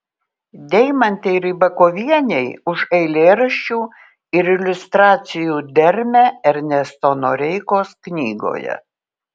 deimantei rybakovienei už eilėraščių ir iliustracijų dermę ernesto noreikos knygoje